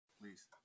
Please